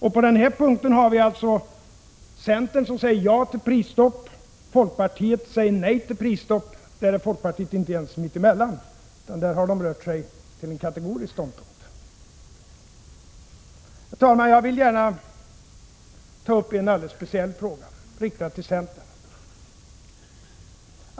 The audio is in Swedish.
Centern säger alltså ja till prisstopp, folkpartiet säger nej till prisstopp — där är folkpartiet inte ens mitt emellan utan har rört sig till en kategorisk ståndpunkt. Herr talman! Jag vill gärna ta upp en alldeles speciell fråga — jag riktar mig till centern.